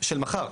של מחר.